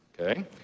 Okay